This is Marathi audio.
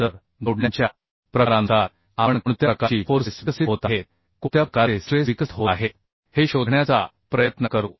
तर जोडण्यांच्या प्रकारानुसार आपण कोणत्या प्रकारची फोर्सेस विकसित होत आहेत कोणत्या प्रकारचे स्ट्रेस विकसित होत आहेत हे शोधण्याचा प्रयत्न करू